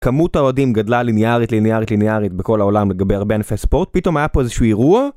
כמות האוהדים גדלה ליניארית, ליניארית, ליניארית בכל העולם לגבי הרבה ענפי ספורט. פתאום היה פה איזשהו אירוע.